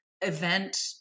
event